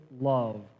love